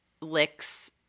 licks